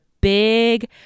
big